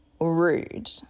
rude